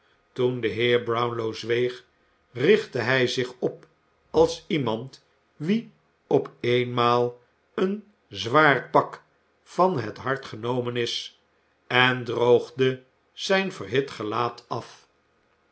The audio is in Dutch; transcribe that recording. toen de heer brownlow zweeg richtte hij zich op als iemand wien op eenmaal een zwaar pak van het hart genomen is en droogde zijn verhit gelaat af